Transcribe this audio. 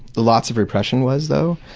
lots of repression was, though.